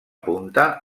punta